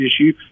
issue